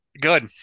Good